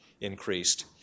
increased